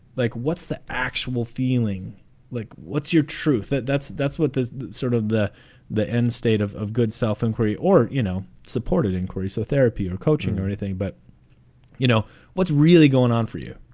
like, what's the actual feeling like? what's your truth? that that's that's what this sort of the the end state of of good self-inquiry or, you know, supported inquiry. so therapy or coaching or anything. but you know what's really going on for you?